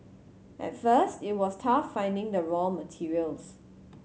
at first it was tough finding the raw materials